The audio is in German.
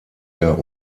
der